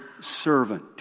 Servant